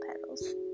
petals